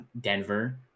Denver